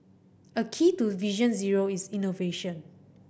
a key to Vision Zero is innovation